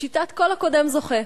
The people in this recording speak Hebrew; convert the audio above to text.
בשיטת "כל הקודם זוכה".